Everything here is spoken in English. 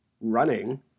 running